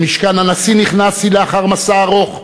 למשכן הנשיא נכנסתי לאחר מסע ארוך,